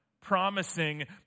promising